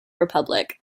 republic